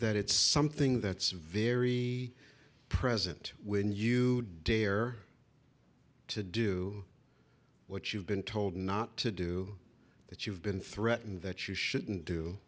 that it's something that's very present when you dare to do what you've been told not to do that you've been threatened that you shouldn't do